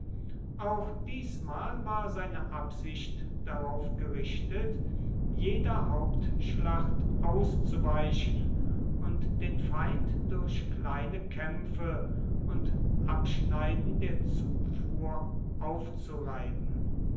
auch diesmal war seine absicht darauf gerichtet jeder hauptschlacht auszuweichen und den feind durch kleine kämpfe und abschneiden der zufuhr aufzureiben